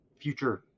future